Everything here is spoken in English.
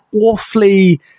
awfully